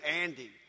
Andy